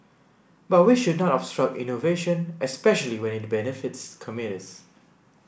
but we should not obstruct innovation especially when it benefits commuters